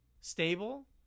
stable